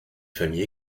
famille